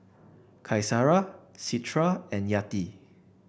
Qaisara Citra and Yati